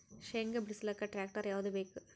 ಶೇಂಗಾ ಬಿಡಸಲಕ್ಕ ಟ್ಟ್ರ್ಯಾಕ್ಟರ್ ಯಾವದ ಬೇಕು?